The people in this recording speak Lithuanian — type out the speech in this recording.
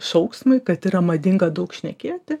šauksmui kad yra madinga daug šnekėti